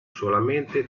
solamente